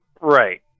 Right